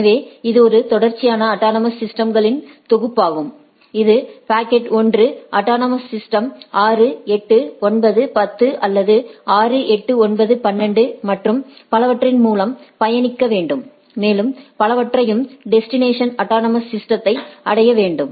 எனவே இது ஒரு தொடர்ச்சியான அட்டானமஸ் சிஸ்டம்ஸ்களின் தொகுப்பாகும் இது பாக்கெட் 1 அட்டானமஸ் சிஸ்டம்ஸ் 6 8 9 10 அல்லது 6 8 9 12 மற்றும் பலவற்றின் மூலம் பயணிக்க வேண்டும் மேலும் பலவற்றையும் டெஸ்டினேஷன் ஆடோனோமோஸ் சிஸ்டதை அடைய வேண்டும்